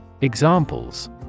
Examples